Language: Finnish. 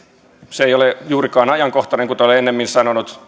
se ei ole juurikaan ajankohtainen kuten olen ennemmin sanonut